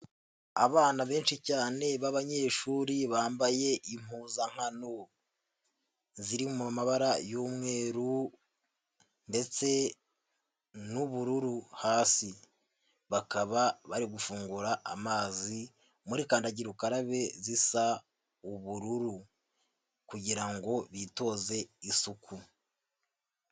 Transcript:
Abana benshi cyane b'abanyeshuri bambaye impuzankano ziri mu mabara y'umweru ndetse n'ubururu, hasi bakaba bari gufungura amazi muri kandagira ukarabe zisa ubururu kugira bitoze isuku.